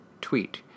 tweet